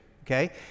okay